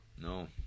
No